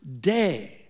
day